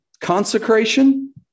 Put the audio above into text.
consecration